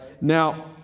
Now